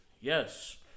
Yes